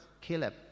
Caleb